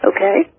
Okay